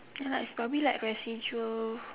ya lah it's probably like residual